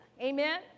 amen